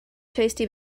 tasty